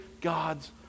God's